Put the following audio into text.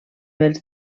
els